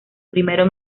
primero